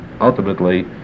ultimately